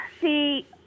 see